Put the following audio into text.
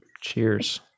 Cheers